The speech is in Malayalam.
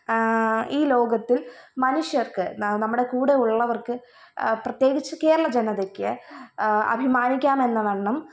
ഈ ലോകത്തിൽ മനുഷ്യർക്ക് നമ്മുടെ കൂടെയുള്ളവർക്ക് പ്രത്യേകിച്ച് കേരളം ജനതയ്ക്ക് അഭിമാനിക്കാമെന്ന വണ്ണം